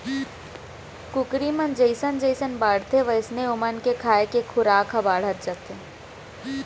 कुकरी मन जइसन जइसन बाढ़थें वोइसने ओमन के खाए के खुराक ह बाढ़त जाथे